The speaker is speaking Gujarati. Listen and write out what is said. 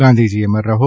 ગાંધીજી અમર રહો